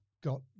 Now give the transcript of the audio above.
got